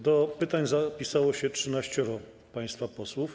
Do pytań zapisało się trzynaścioro państwa posłów.